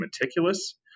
meticulous